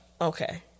Okay